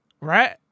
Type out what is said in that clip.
right